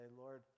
Lord